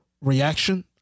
reaction